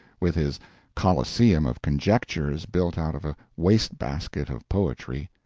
with his coliseum of conjectures built out of a waste-basket of poetry.